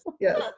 yes